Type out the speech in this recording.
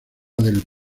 del